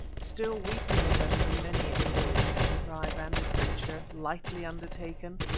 still we can remember many a boyish enterprise and adventure, lightly undertaken,